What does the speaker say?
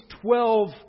twelve